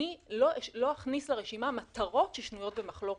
אני לא אכניס לרשימה מטרות ששנויות במחלוקת.